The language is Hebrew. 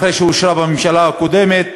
אחרי שאושרה בממשלה הקודמת,